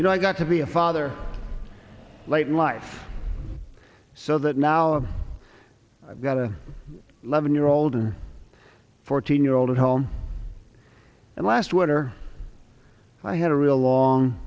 you know i got to be a father late in life so that now i'm i've got a loving year old and fourteen year old at home and last winter i had a real long